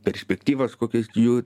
perspektyvas kokias jų